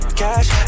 cash